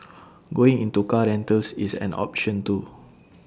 going into car rentals is an option too